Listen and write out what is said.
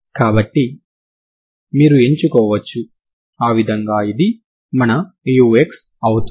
కాబట్టి మీరు ఎంచుకోవచ్చు ఆ విధంగా ఇది మన uxఅవుతుంది